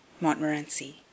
Montmorency